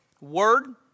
word